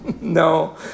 No